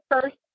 first